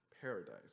paradise